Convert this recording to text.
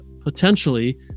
potentially